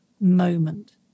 moment